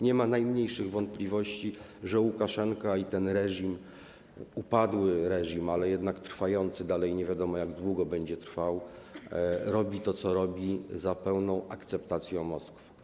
Nie ma najmniejszych wątpliwości, że Łukaszenka i ten reżim, upadły reżim, ale jednak trwający dalej - i nie wiadomo, jak długo będzie trwał - robi to, co robi, z pełną akceptacją Moskwy.